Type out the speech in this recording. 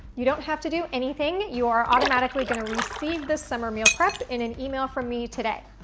you don't have to do anything, you're automatically gonna receive this summer meal prep in an email from me today.